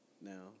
now